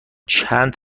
چند